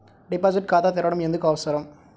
Deposit ఖాతా తెరవడం ఎందుకు అవసరం?